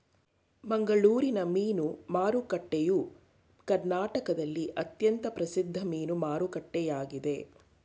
ಮಂಗಳೂರಿನ ಮೀನು ಮಾರುಕಟ್ಟೆಯು ಕರ್ನಾಟಕದಲ್ಲಿ ಅತ್ಯಂತ ಪ್ರಸಿದ್ಧ ಮೀನು ಮಾರುಕಟ್ಟೆಯಾಗಿದೆ